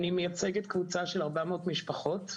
אי מייצגת קבוצה של 400 משפחות,